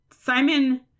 Simon